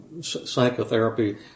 psychotherapy